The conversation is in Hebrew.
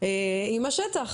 עם השטח?